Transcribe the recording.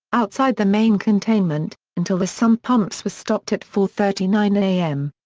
outside the main containment, until the sump pumps were stopped at four thirty nine a m.